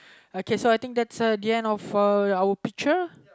okay so I think that's uh the end of uh our picture